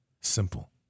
Simple